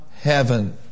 heaven